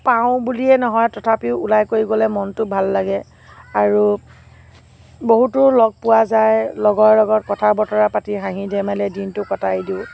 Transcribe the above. পাওঁ বুলিয়েই নহয় তথাপিও ওলাই কৰি গ'লে মনটো ভাল লাগে আৰু বহুতো লগ পোৱা য়ায় লগৰ লগত কথা বতৰা পাতি হাঁহি ধেমালিৰে দিনটো কটাই দিওঁ